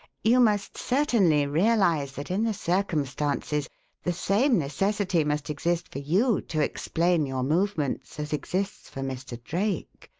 you must certainly realize that in the circumstances the same necessity must exist for you to explain your movements as exists for mr. drake.